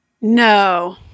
No